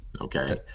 Okay